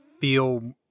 feel